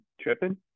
tripping